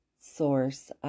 source